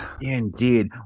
Indeed